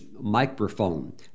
microphone